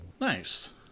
Nice